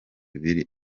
biri